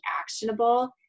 actionable